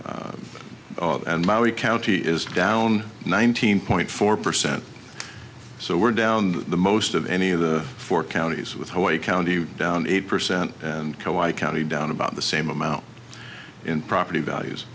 there and my wee county is down nineteen point four percent so we're down the most of any of the four counties with hawaii county down eight percent and co i county down about the same amount in property values